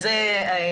הצטרף.